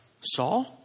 Saul